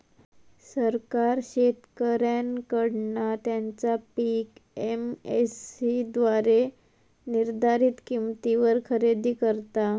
सरकार शेतकऱ्यांकडना त्यांचा पीक एम.एस.सी द्वारे निर्धारीत किंमतीवर खरेदी करता